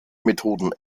methoden